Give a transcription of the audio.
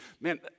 man